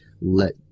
let